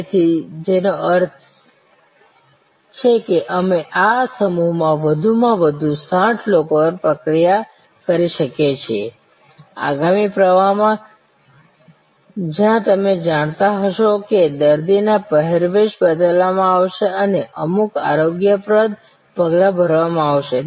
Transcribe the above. તેથી જેનો અર્થ છે કે અમે આ સમૂહ માં વધુમાં વધુ 60 લોકો પર પ્રક્રિયા કરી શકીએ છીએ આગામી પ્રવાહમાં જ્યાં તમે જાણતા હશો કે દર્દીઓના પહેરવેશ બદલવામાં આવશે અને અમુક આરોગ્યપ્રદ પગલાં ભરવામાં આવશે